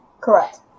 Correct